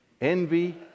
envy